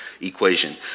Equation